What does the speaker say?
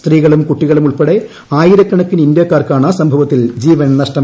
സ്ത്രീകളും കുട്ടികളും ഉൾപ്പെടെ ആയിരക്കണക്കിന് ഇന്ത്യാക്കാർക്കാണ് സംഭവത്തിൽ ജീവൻ നഷ്ടമായത്